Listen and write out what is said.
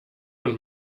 und